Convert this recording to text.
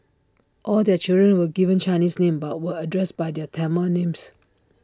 all their children were given Chinese names but were addressed by their Tamil names